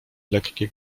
lekkie